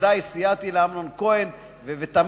ובוודאי סייעתי לאמנון כהן ותמכתי.